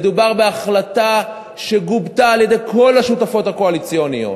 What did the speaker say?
מדובר בהחלטה שגובתה על-ידי כל השותפות הקואליציונית.